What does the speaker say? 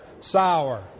sour